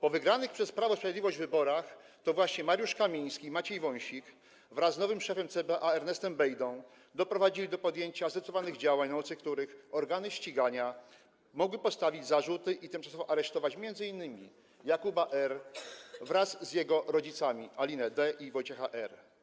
Po wygranych przez Prawo i Sprawiedliwość wyborach to właśnie Mariusz Kamiński i Maciej Wąsik wraz z nowym szefem CBA Ernestem Bejdą doprowadzili do podjęcia zdecydowanych działań, na mocy których organy ścigania mogły postawić zarzuty i tymczasowo aresztować m.in. Jakuba R. wraz z jego rodzicami: Aliną D. i Wojciechem R.